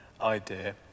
idea